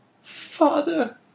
father